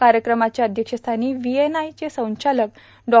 कायक्रमाच्या अध्यस्थानी व्हो एन आयचे संचालक डा